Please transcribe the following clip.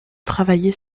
travailler